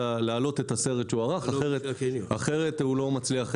להעלות את הסרט שהוא ערך כי אחרת הוא לא מצליח לתפקד.